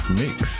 mix